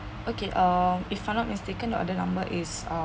okay uh if I'm not mistaken order number is um